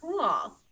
Cool